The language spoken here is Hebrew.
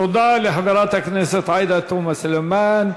תודה לחברת הכנסת עאידה תומא סלימאן.